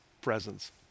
presence